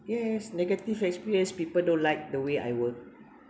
yes negative experience people don't like the way I work